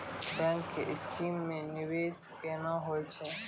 Bank के scheme मे निवेश केना होय छै?